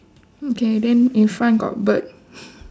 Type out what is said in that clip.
okay then in front got bird